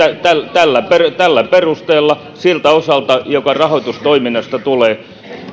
tällä perusteella siltä osalta joka rahoitustoiminnasta tulee